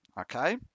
okay